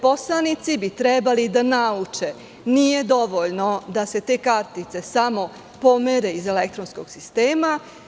Poslanici bi trebalo da nauče, nije dovoljno da se te kartice samo pomere iz elektronskog sistema.